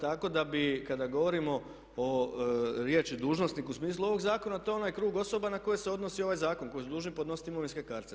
Tako da bi kada govorimo o riječi "dužnosnik" u smislu ovog zakona, a to je onaj krug osoba na koje se odnosi ovaj zakon koji su dužni podnositi imovinske kartice.